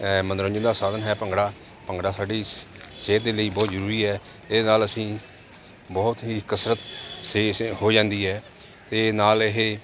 ਮੰਨੋਰੰਜਨ ਦਾ ਸਾਧਨ ਹੈ ਭੰਗੜਾ ਭੰਗੜਾ ਸਾਡੀ ਸ ਸਿਹਤ ਦੇ ਲਈ ਬਹੁਤ ਜ਼ਰੂਰੀ ਹੈ ਇਹਦੇ ਨਾਲ ਅਸੀਂ ਬਹੁਤ ਹੀ ਕਸਰਤ ਸਹੀ ਸਹੀ ਹੋ ਜਾਂਦੀ ਹੈ ਅਤੇ ਨਾਲ ਇਹ